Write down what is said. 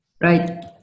Right